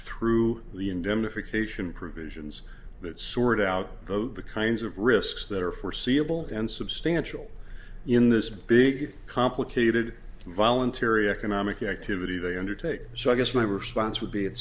through the indemnification provisions that sort out the kinds of risks that are foreseeable and substantial in this big complicated voluntary economic activity they undertake so i guess my response would be it